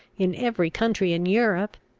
in every country in europe,